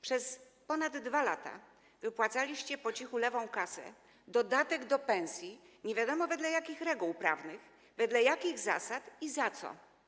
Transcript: Przez ponad 2 lata wypłacaliście po cichu lewą kasę, dodatek do pensji, nie wiadomo, wedle jakich reguł prawnych, wedle jakich zasad i za co.